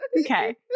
Okay